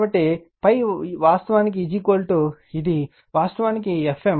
కాబట్టి ∅ వాస్తవానికి ఇది వాస్తవానికి Fm